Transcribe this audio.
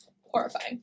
Horrifying